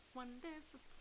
wonderful